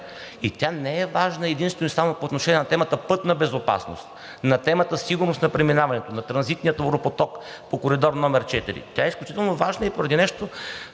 И тя не е важна единствено и само по отношение на темата „Пътна безопасност“, на темата „Сигурност на преминаването“, на транзитния товаропоток по Коридор № 4. Тя е изключително важна и поради нещо,